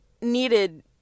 needed